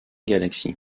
galaxies